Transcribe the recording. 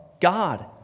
God